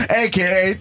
aka